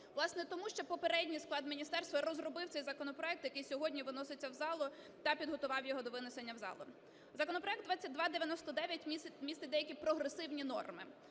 Власне, тому, що попередній склад міністерства розробив цей законопроект, який сьогодні виноситься в залу та підготував його до винесення в залу. Законопроект 2299 містить деякі прогресивні норми,